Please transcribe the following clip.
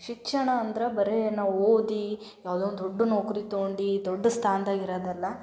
ಶಿಕ್ಷಣ ಅಂದ್ರೆ ಬರೀ ನಾವು ಓದಿ ಯಾವುದೋ ಒಂದು ದೊಡ್ಡ ನೌಕರಿ ತೊಗೊಂಡು ದೊಡ್ಡ ಸ್ಥಾನ್ದಾಗ ಇರೋದಲ್ಲ